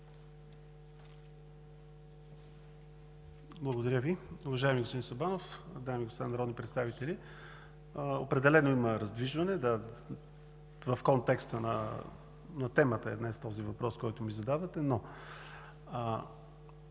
Благодаря Ви. Уважаеми господин Сабанов, дами и господа народни представители! Определено има раздвижване. В контекста на темата днес е този въпрос, който ми задавате. Това,